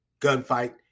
gunfight